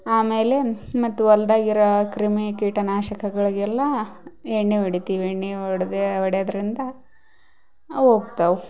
ಆಮೇಲೆ ಮತ್ತು ಹೊಲ್ದಾಗಿರೋ ಕ್ರಿಮಿ ಕೀಟ ನಾಶಕಗಳಿಗೆಲ್ಲ ಎಣ್ಣೆ ಹೊಡಿತೀವಿ ಎಣ್ಣೆ ಹೊಡ್ದು ಹೊಡ್ಯೋದರಿಂದ ಅವು ಹೋಗ್ತವು